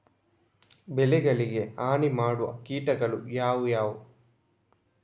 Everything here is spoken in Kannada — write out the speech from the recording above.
ಬೆಳೆಗಳಿಗೆ ಹಾನಿ ಮಾಡುವ ಕೀಟಗಳು ಯಾವುವು?